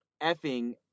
effing